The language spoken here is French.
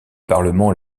parlement